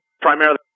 Primarily